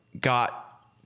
got